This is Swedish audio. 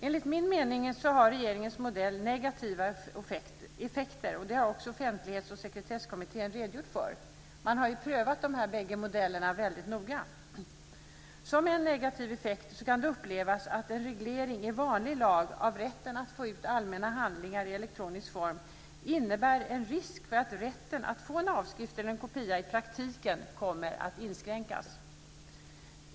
Enligt min mening har regeringens modell negativa effekter. Det har också Offentlighets och sekretesskommittén redogjort för. Man har ju prövat dessa båda modeller väldigt noga. Som en negativ effekt kan det upplevas att en reglering i vanlig lag av rätten att få ut allmänna handlingar i elektronisk form innebär en risk att rätten att få en avskrift eller kopia i praktiken kommer att inskränkas.